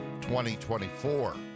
2024